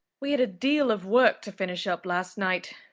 we'd a deal of work to finish up last night,